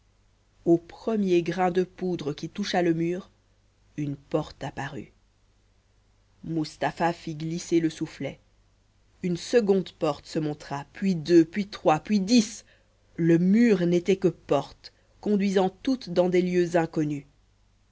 au premier grain de poudre qui toucha le mur une porte apparut mustapha fit glisser le soufflet une seconde porte se montra puis deux puis trois puis dix le mur n'était que portes conduisant toutes dans des lieux inconnus